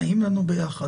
נעים לנו ביחד.